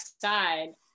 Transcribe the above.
side